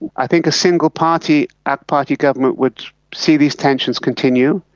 i think a single party, ak party government would see these tensions continue.